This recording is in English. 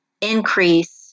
increase